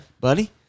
Buddy